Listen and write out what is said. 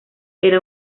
era